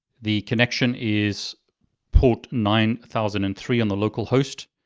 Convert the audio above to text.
the connection is port nine thousand and three on the local host.